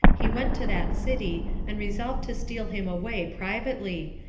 he went to that city, and resolved to steal him away privately,